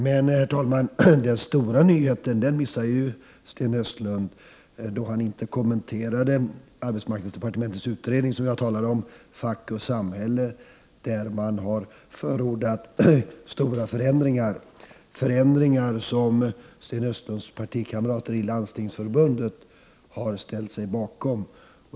Men, herr talman, den stora nyheten missade Sten Östlund då han inte kommenterade arbetsmarknadsdepartementets utredning Fack och samhälle, som jag talade om, där man förordat stora förändringar, förändringar som Sten Östlunds partikamrater i Landstingsförbundet har ställt sig bakom.